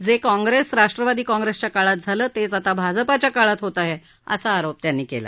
जे काँप्रेस राष्ट्रवादी काँप्रेसच्या काळात झालं तेच आता भाजपाच्या काळात होत आहे असा आरोप त्यांनी केला